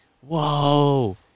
Whoa